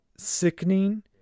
sickening